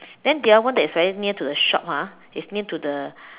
then the other one that is very near to the shop ah is near to the